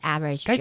Average